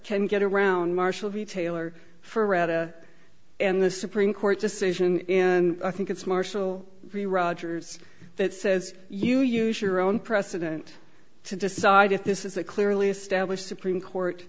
can get around marshall retailer for rata and the supreme court decision and i think it's marshal the rogers that says you use your own precedent to decide if this is a clearly established supreme court